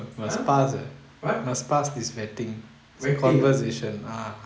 !huh! what vetting